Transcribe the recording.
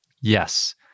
Yes